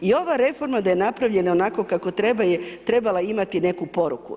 I ova reforma da je napravljena onako kako treba je trebala imati neku poruku.